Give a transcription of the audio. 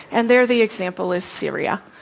and there the example is syria,